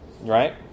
right